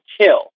kill